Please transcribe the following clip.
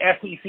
SEC